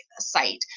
Site